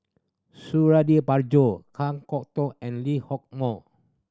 Suradi Parjo Kan Kwok Toh and Lee Hock Moh